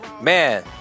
man